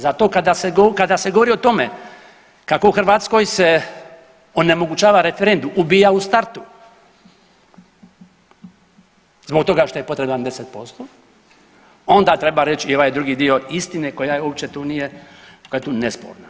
Zato kada se govori o tome kako u Hrvatskoj se onemogućava referendum, ubija u startu zbog toga što je potreban 10% onda treba reći i ovaj drugi dio istine koja uopće tu nije, koja je tu nesporna.